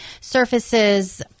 surfaces